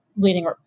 leading